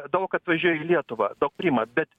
daug atvažiuoja į lietuvą daug priima bet